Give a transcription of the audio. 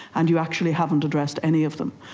and you actually haven't addressed any of them,